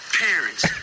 parents